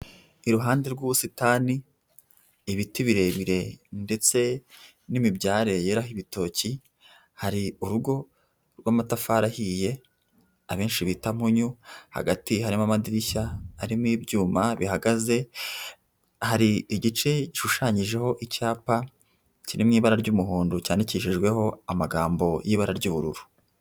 Iruhande rw'ubusitani, ibiti birebire ndetse n'imibyare yeraho ibitoki, hari urugo rw'amatafari ahiye abenshi bita mpunyu, hagati harimo amadirishya arimo ibyuma bihagaze, hari igice gishushanyijeho icyapa, kiri mu ibara ry'umuhondo, cyandikishijweho amagambo y'ibara ry'ubururu.